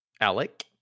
Alec